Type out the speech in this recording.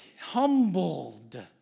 humbled